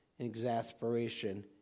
Exasperation